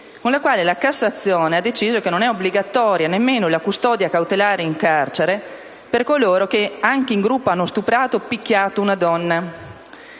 con la quale la Cassazione ha deciso che non è obbligatoria la custodia cautelare in carcere per coloro che, anche in gruppo, hanno stuprato o picchiato una donna,